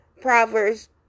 Proverbs